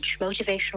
motivational